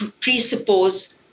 presuppose